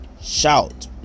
shout